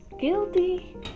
guilty